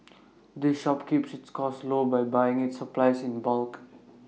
the shop keeps its costs low by buying its supplies in bulk